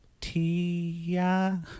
Tia